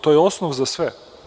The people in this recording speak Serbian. To je osnov za sve.